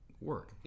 work